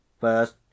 First